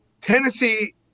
Tennessee